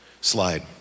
slide